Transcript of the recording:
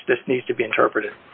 which this needs to be interpreted